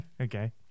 Okay